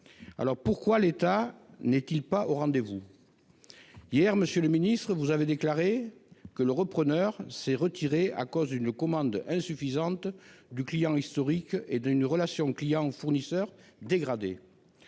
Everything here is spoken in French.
Pourquoi l'État n'est-il pas au rendez-vous ? Hier, monsieur le ministre, vous avez déclaré que le repreneur s'était retiré à cause d'une commande insuffisante du client historique et d'une relation client-fournisseur dégradée.